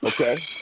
Okay